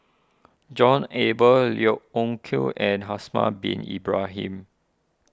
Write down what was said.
John Eber Yeo Hoe Koon and Haslir Bin Ibrahim